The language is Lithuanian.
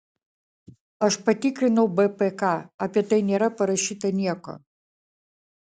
aš patikrinau bpk apie tai nėra parašyta nieko